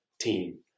team